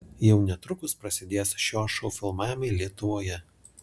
jau netrukus prasidės šio šou filmavimai lietuvoje